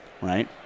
Right